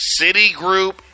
Citigroup